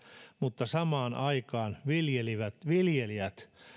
mutta samaan aikaan viljelijät viljelijät